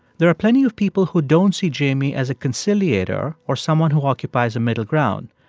there are plenty of people who don't see jamie as a conciliator or someone who occupies a middle ground.